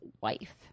wife